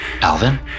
Alvin